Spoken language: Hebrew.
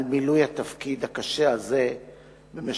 על מילוי התפקיד הקשה הזה במשך